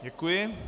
Děkuji.